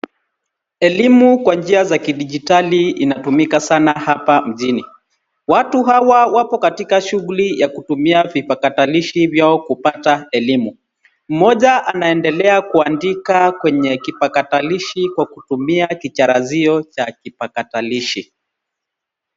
Elimu kwa njia za kidijitali inatumika sana hapa mjini. Watu hawa wapo katika shughuli ya kutumia vipakatalishi vyao kupata elimu. Mmoja anaendelea kuandika kwenye kipakatalishi akitumia kicharazio cha kipakatalishi.